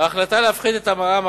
ההחלטה להפחית את המע"מ,